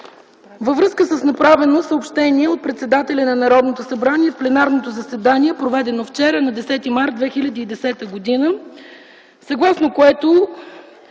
Във връзка с направено съобщение от председателя на Народното събрание в пленарното заседание, проведено вчера, на 10 март 2010 г., съгласно което